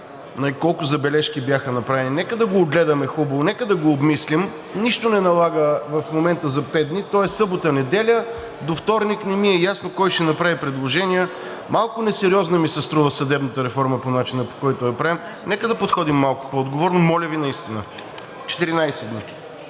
колко забележки бяха направени. Нека да го огледаме хубаво, нека да го обмислим. Нищо не налага в момента за пет дни, то е събота, неделя, до вторник не ми е ясно кой ще направи предложения. Малко несериозна ми се струва съдебната реформа по начина, по който я правим. Нека да подходим малко по-отговорно. Моля Ви, наистина – 14 дни.